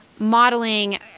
modeling